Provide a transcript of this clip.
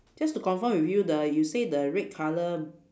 just to confirm with you the you say the red colour